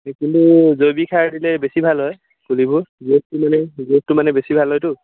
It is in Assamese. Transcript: কিন্তু জৈৱিক সাৰ দিলে বেছি ভাল হয় পুলিবোৰ গ্ৰুথটো মানে গ্ৰুথটো মানে বেছি ভাল হয়তো